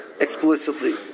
Explicitly